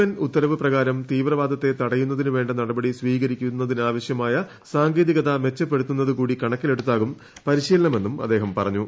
N ഉത്തരവ് പ്രകാരം തീവ്രവാദത്തെ തടയുന്നതിനുവേണ്ട നടപടി സ്വീകരിക്കുന്നതിനാവശ്യമായ സാങ്കേതികത മെച്ചപ്പെടുത്തുന്നത് കൂടി കണക്കിലെടുത്താകും പരിശീലനമെന്നും അദ്ദേഹം പറഞ്ഞു